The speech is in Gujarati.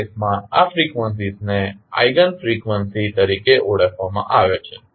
તે કેસમાં આ ફ્રીક્વન્સીઝને આઇગન ફ્રીક્વન્સી તરીકે ઓળખવામાં આવે છે